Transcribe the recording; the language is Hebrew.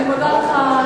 אני מודה לך.